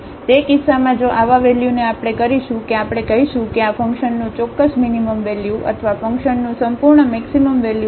તેથી તે કિસ્સામાં જો આવા વેલ્યુને આપણે કરીશું કે આપણે કહીશું કે આ ફંકશનનું ચોક્કસ મીનીમમ વેલ્યુ અથવા ફંકશનનું સંપૂર્ણ મેક્સિમમ વેલ્યુ છે